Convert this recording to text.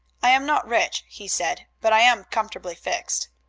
i am not rich, he said, but i am comfortably fixed.